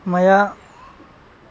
मया